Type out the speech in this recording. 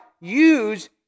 use